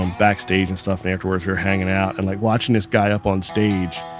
um backstage and stuff. and afterwards we were hanging out and like watching this guy up on stage,